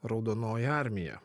raudonoji armija